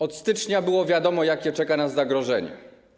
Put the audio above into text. Od stycznia było wiadomo, jakie czeka nas zagrożenie.